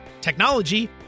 technology